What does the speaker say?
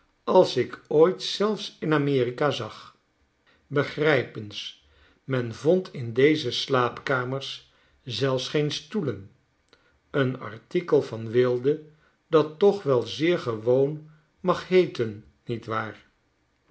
als ik ooit zelfs in amerika zag begrijp eens men vond in deze slaapkamers zelfs geen stoelen een artikel van weelde dat toch wel zeer gewoon mag heeten niet waar